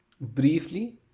Briefly